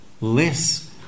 less